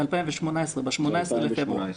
לפני שנתיים, ב-18 בפברואר.